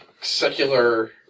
secular